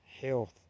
health